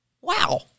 wow